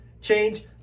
change